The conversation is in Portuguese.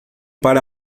para